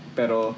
pero